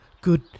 Good